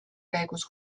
käigus